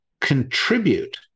contribute